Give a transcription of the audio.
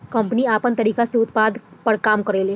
company आपन तरीका से उत्पाद पर काम करेले